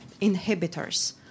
inhibitors